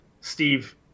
Steve